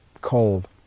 Cold